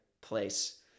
place